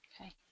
Okay